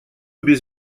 без